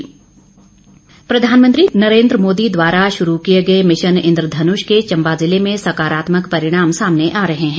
mission Indradhanush प्रधानमंत्री नरेन्द्र मोदी द्वारा शुरू किए गए मिशन इंद्र धनुष के चंबा जिले में सकारात्मक परिणाम सामने आ रहे है